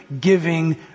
giving